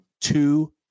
two